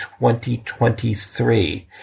2023